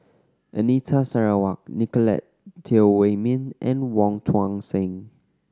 Anita Sarawak Nicolette Teo Wei Min and Wong Tuang Seng